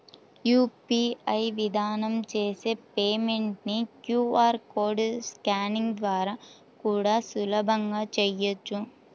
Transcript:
UPI విధానం చేసే payment ని క్యూ.ఆర్ కోడ్ స్కానింగ్ ద్వారా కూడా సులభంగా చెయ్యొచ్చు